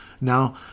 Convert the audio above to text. Now